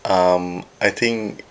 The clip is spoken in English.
um I think